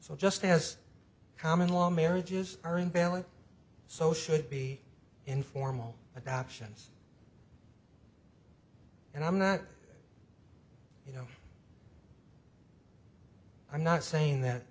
so just as common law marriages are invalid so should be informal adoptions and i'm not you know i'm not saying that